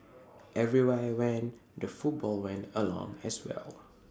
everywhere I went the football went along as well